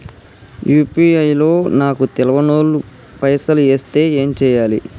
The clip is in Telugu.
యూ.పీ.ఐ లో నాకు తెల్వనోళ్లు పైసల్ ఎస్తే ఏం చేయాలి?